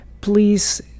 Please